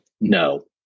No